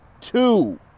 two